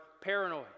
paranoid